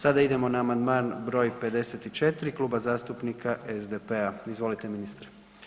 Sada idemo na amandman br. 54 Kluba zastupnika SDP-a, izvolite ministre.